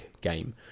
game